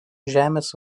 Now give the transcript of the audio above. žemės